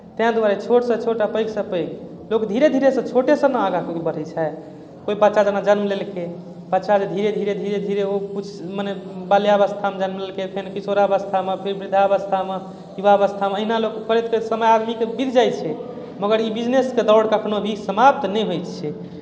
तैँ दुआरे छोटसँ छोट आ पैघसँ पैघ लोक धीरे धीरे छोटेसँ आगाँ बढ़ैत छै कोइ बच्चा जेना जन्म लेलकै बच्चा जे धीरे धीरे धीरे धीरे किछु मने बाल्यावस्थामे जन्म लेलकै फेर किछु युवावस्थामे फेर वृद्धावस्थामे युवावस्थामे एहिना लोक समय आदमीके बीत जाइत छै मगर ई बिजनेसके दौड़ कखनो भी समाप्त नहि होइत छै